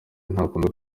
ntakunda